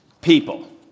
People